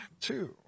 two